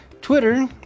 Twitter